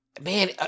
man